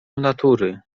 natury